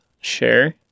Share